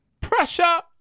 Pressure